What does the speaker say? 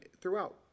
throughout